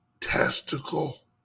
testicle